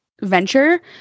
venture